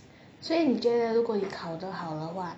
所以你觉得如果你考得好的话